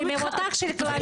שמבוטח של כללית